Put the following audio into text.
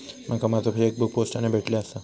माका माझो चेकबुक पोस्टाने भेटले आसा